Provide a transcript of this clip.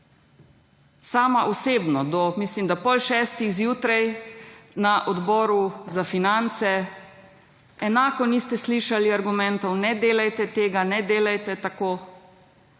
Sama osebno do mislim da pol šestih zjutraj na Odboru za finance enako niste slišali argumentov ne delajte tega, ne delajte tako,